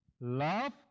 love